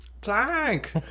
Plank